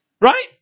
Right